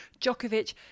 Djokovic